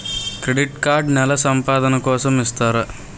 Credit card నెల సంపాదన కోసం ఇస్తారా?